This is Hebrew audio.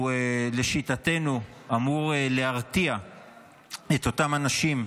לשיטתנו, הוא אמור להרתיע את אותם אנשים,